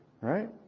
right